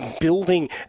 building